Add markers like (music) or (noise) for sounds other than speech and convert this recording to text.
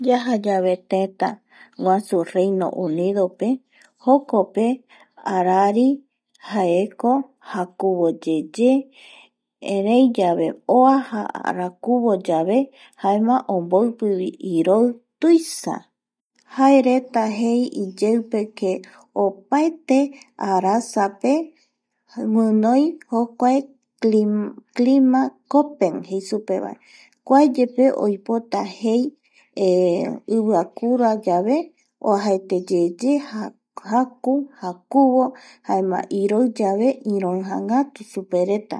Yajayave tëtäguasu Reino Unidope jokope arari jaeko jakuvoyeye erei yave oaja arakuvo yave jaema omboipi iroi tuisa jaereta jei iyeipe que opaete arasape guinoi jokuae (hesitation) clima clopten jei supe vae kuayepe oipota jei (hesitation) iviakurayave oajaeteyeye jakuvo jaeme iroi yave iroijangatu supereta